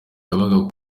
yabaga